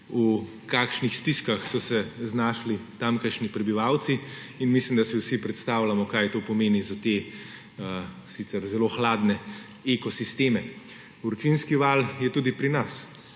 v kakšnih stiskah so se znašli tamkajšnji prebivalci, in mislim, da si vsi predstavljamo, kaj to pomeni za te sicer zelo hladne ekosisteme. Vročinski val je tudi pri nas.